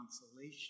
consolation